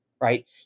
right